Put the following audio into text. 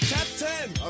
Captain